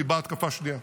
כי באה התקפה שנייה.